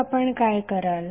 तर आपण काय कराल